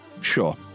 Sure